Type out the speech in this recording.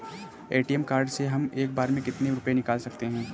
ATM card से हम एक बार में कितने रुपये निकाल सकते हैं?